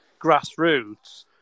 grassroots